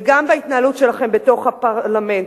וגם בהתנהלות שלכם בתוך הפרלמנט.